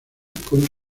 con